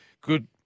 Good